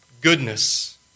goodness